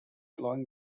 allowing